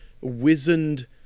wizened